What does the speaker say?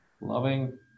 loving